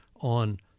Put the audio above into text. on